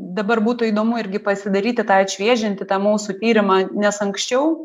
dabar būtų įdomu irgi pasidaryti tą atšviežinti tą mūsų tyrimą nes anksčiau